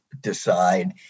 decide